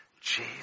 Jesus